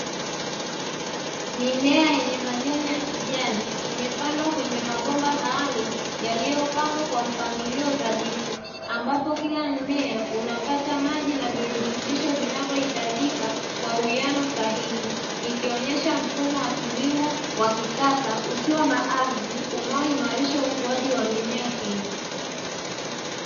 Mimea yenye rangi ya kijani imepandwa kwenye mabomba maalumu yaliyopangwa kwa mpangilio thabiti, ambapo kila mmea unapata maji na virutubisho vinavyohitajika kwa uwiano sahihi, ukionyesha mfumo wa kilimo wa kisasa usio na ardhi unaoimatisha ukuaji wa mimea hiyo.